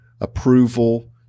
approval